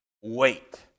wait